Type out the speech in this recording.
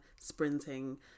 sprinting